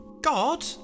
God